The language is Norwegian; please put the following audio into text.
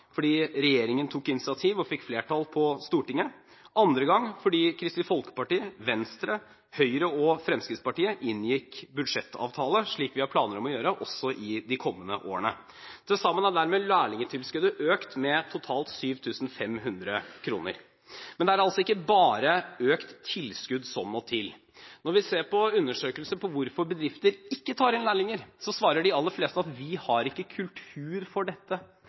fordi regjeringen tok initiativ og fikk flertall på Stortinget, andre gang fordi Kristelig Folkeparti, Venstre, Høyre og Fremskrittspartiet inngikk budsjettavtale, slik vi har planer om å gjøre også i de kommende årene. Til sammen har dermed lærlingtilskuddet økt med totalt 7 500 kr. Men det er ikke bare økt tilskudd som må til. Når vi ser på undersøkelser om hvorfor bedrifter ikke tar inn lærlinger, svarer de aller fleste at de har ikke kultur for dette